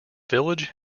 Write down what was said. village